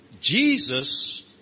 Jesus